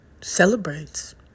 celebrates